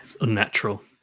unnatural